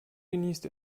genießt